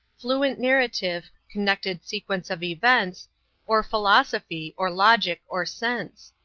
fluent narrative, connected sequence of events or philosophy, or logic, or sense.